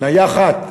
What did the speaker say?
נייחַת.